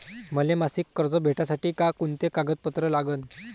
मले मासिक कर्ज भेटासाठी का कुंते कागदपत्र लागन?